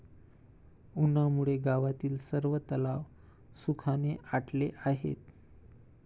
उन्हामुळे गावातील सर्व तलाव सुखाने आटले आहेत